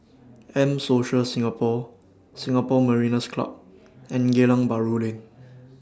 M Social Singapore Singapore Mariners' Club and Geylang Bahru Lane